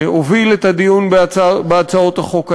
שהוביל את הדיון בהצעות החוק האלה,